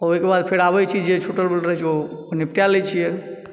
ओहिके बाद फेर आबै छी जे छूटल बढ़ल रहै छै ओ अपन नीपटि लै छियै